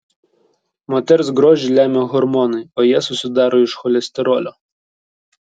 moters grožį lemia hormonai o jie susidaro iš cholesterolio